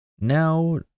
Now